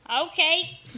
Okay